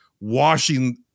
washing